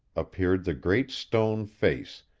appeared the great stone face,